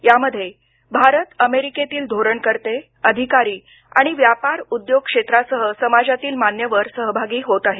यामध्ये भारत अमेरिकेतील धोरणकर्ते अधिकारी आणि व्यापार उद्योग क्षेत्रासह समाजातील मान्यवर यात सहभागी होणार आहेत